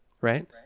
Right